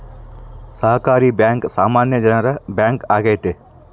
ಸಹಕಾರಿ ಬ್ಯಾಂಕ್ ಸಾಮಾನ್ಯ ಜನರ ಬ್ಯಾಂಕ್ ಆಗೈತೆ